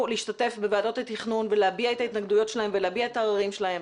להשתתף בוועדות התכנון ולהביע את ההתנגדויות שלהם ולהביע את העררים שלהם.